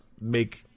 Make